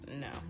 no